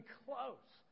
close